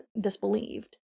disbelieved